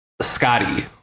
Scotty